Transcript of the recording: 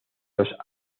los